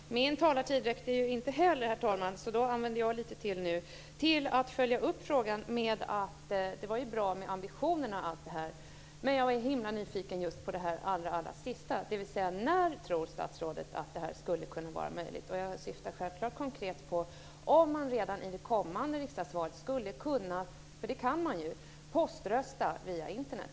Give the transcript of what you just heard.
Herr talman! Min talartid räckte inte heller, herr talman, så då använder jag lite tid till att följa upp frågan och säga att det var ju bra med ambitionerna. Men jag är himla nyfiken just på det allra sista, alltså: När tror statsrådet att det här skulle kunna vara möjligt? Jag syftar självfallet konkret på om man redan i det kommande riksdagsvalet skulle kunna - för det går ju - poströsta via Internet.